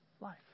life